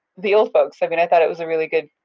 the old folks. i mean i thought it was a really good,